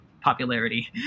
popularity